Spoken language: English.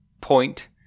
point